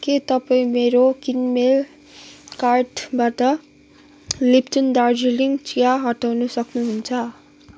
के तपाईँ मेरो किनमेल कार्टबाट लिप्टन दार्जिलिङको चिया हटाउन सक्नुहुन्छ